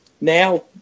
Now